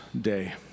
day